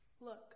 Look